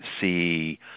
see